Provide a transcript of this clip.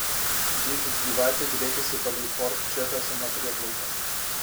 ji it gyvatė driekiasi palei port džefersono prieplauką